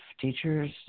teachers